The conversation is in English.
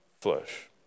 flesh